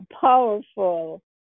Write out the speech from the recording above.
powerful